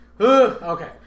Okay